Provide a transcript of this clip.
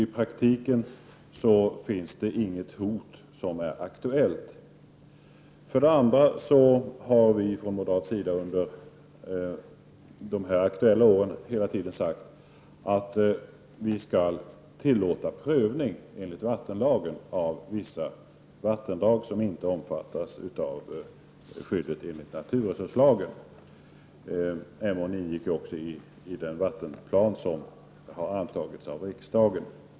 I praktiken finns det alltså inget hot som är aktuellt. För det andra har vi från moderat sida hela tiden sagt att vi skall tillåta prövning enligt vattenlagen av vissa vattendrag som inte omfattas av skyddet enligt naturresurslagen. Emån ingick ju också i den vattenplan som har antagits av riksdagen.